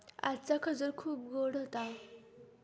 आजचा खजूर खूप गोड होता